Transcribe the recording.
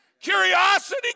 curiosity